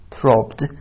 throbbed